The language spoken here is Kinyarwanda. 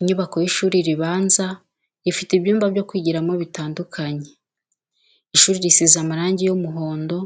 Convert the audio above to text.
Inyubako y'ishuri ribanza rifite ibyumba byo kwigiramo bitandukanye, ishuri risize amarangi y'umuhondo,